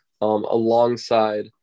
alongside